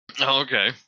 Okay